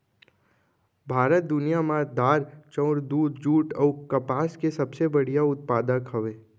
भारत दुनिया मा दार, चाउर, दूध, जुट अऊ कपास के सबसे बड़े उत्पादक हवे